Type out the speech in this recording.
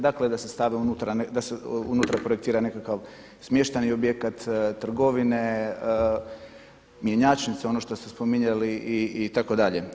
Dakle da se stavi unutra, da se u unutra projektira nekakav smještajni objekt, trgovine, mjenjačnice, ono što ste spominjali itd.